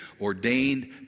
ordained